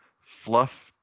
fluff